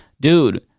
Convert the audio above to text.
Dude